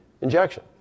injection